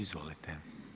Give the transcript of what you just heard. Izvolite.